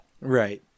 Right